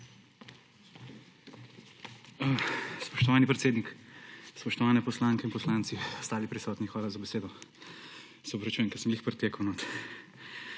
Spoštovani podpredsednik, spoštovane poslanke in poslanci ter ostali prisotni! Hvala za besedo. Se opravičujem, ker sem ravno pritekel.